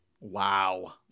Wow